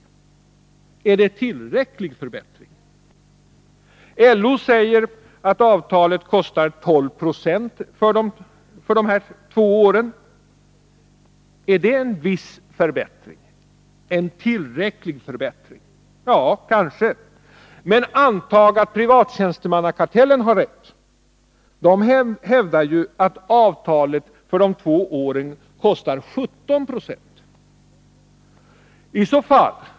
Är det en tillräcklig förbättring? Enligt LO innebär avtalet en tolvprocentig kostnadsökning för de här två åren. Är det ”en viss förbättring”, är det en tillräcklig förbättring? Ja, kanske. Men antag att Privattjänstemannakartellen har rätt. De hävdar ju att avtalet för de här två åren innebär en 17-procentig kostnadsökning.